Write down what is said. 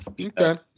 Okay